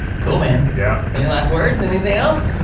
cool, man. yeah. any last words? anything else?